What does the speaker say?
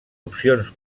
opcions